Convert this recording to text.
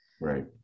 Right